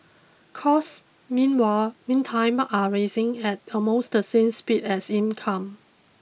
costs meanwhile meantime are raising at almost the same speed as income